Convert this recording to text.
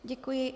Děkuji.